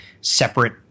separate